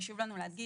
חשוב לנו להדגיש,